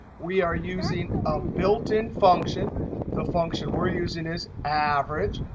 we are using a built in function the function we're using is average.